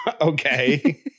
Okay